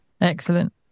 excellent